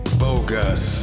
bogus